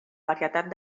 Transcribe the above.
varietat